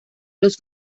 los